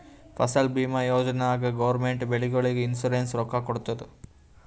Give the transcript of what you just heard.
ಫಸಲ್ ಭೀಮಾ ಯೋಜನಾ ನಾಗ್ ಗೌರ್ಮೆಂಟ್ ಬೆಳಿಗೊಳಿಗ್ ಇನ್ಸೂರೆನ್ಸ್ ರೊಕ್ಕಾ ಕೊಡ್ತುದ್